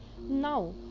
Now